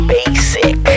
Basic